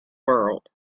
world